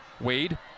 Wade